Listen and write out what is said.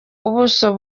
ubuso